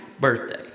birthday